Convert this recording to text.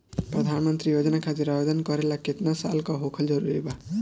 प्रधानमंत्री योजना खातिर आवेदन करे ला केतना साल क होखल जरूरी बा?